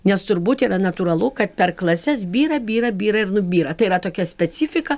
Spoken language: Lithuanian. nes turbūt yra natūralu kad per klases byra byra byra ir nubyra tai yra tokia specifika